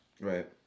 Right